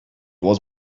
was